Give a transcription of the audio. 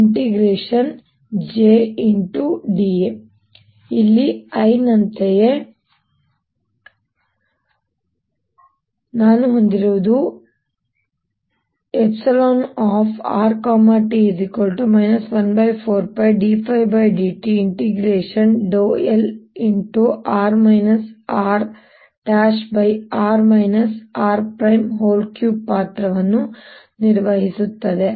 ಇಲ್ಲಿ ಆದ್ದರಿಂದ I ನಂತೆಯೇ ನಾನು ಹೊಂದಿರುವುದುrt 14π dϕdtl ×r rr r3 ಪಾತ್ರವನ್ನು ನಿರ್ವಹಿಸುತ್ತದೆ